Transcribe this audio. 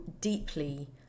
deeply